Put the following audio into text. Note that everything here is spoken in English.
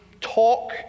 talk